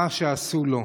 מה שעשו לו: